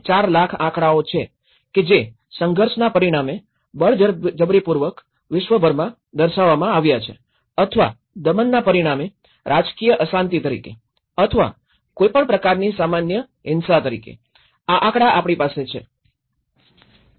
૪ લાખ આંકડાઓ છે કે જે સંઘર્ષના પરિણામે બળજબરીપૂર્વક વિશ્વભરમાં દર્શાવવામાં આવ્યા છે અથવા દમનના પરિણામે રાજકીય અશાંતિ તરીકે અથવા કોઈપણ પ્રકારની સામાન્ય હિંસા તરીકે આ આંકડા આપણી પાસે છે